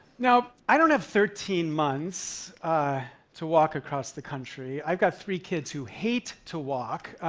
now, i don't have thirteen months ah to walk across the country. i've got three kids who hate to walk,